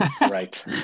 Right